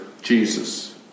Jesus